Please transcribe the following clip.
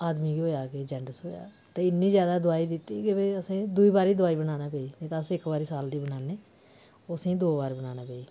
दे आदमियें ई होएआ एह् जान्डस होएआ इन्ना जैदा ते इन्नी जैदा दोआई दित्ती कि भई असें ई दूई बारी दोआई बनाना पेई अस इक बारी साल दी बनानें असें ई दो बार बनाना पेई